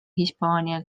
hispaania